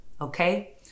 Okay